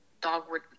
Dogwood